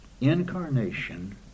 incarnation